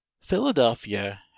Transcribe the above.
philadelphia